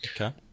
Okay